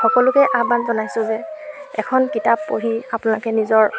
সকলোকে আহ্বান জনাইছোঁ যে এখন কিতাপ পঢ়ি আপোনালোকে নিজৰ